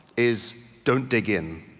is don't dig in.